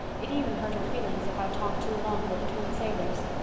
it even hurt her feelings if i talked too long with the twin sailors